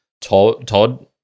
Todd